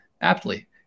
aptly